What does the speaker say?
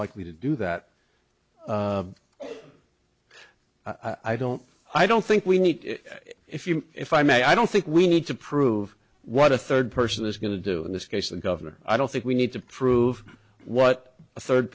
likely to do that i don't i don't think we need if you if i may i don't think we need to prove what a third person is going to do in this case and governor i don't think we need to prove what a third